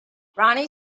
ronnie